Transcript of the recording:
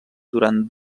durant